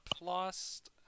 lost